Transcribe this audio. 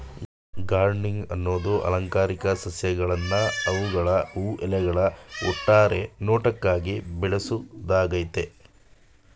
gardening ಅನ್ನದು ಅಲಂಕಾರಿಕ ಸಸ್ಯಗಳ್ನ ಅವ್ಗಳ ಹೂ ಎಲೆಗಳ ಒಟ್ಟಾರೆ ನೋಟಕ್ಕಾಗಿ ಬೆಳ್ಸೋದಾಗಯ್ತೆ